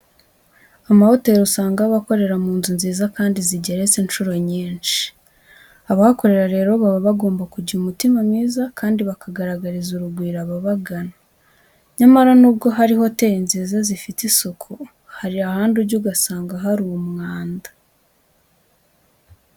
Amahoteli usanga aba akorera mu nzu nziza kandi zigeretse incuro nyinshi. Abahakora rero baba bagomba kugira umutima mwiza kandi bakagaragariza urugwiro ababagana. Nyamara nubwo hari hoteli ziza zifite isuku hari ahandi ujya ugasanga hari umwanda.